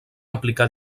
aplicar